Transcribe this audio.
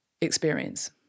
experience